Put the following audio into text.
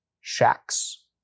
shacks